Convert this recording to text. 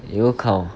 you go count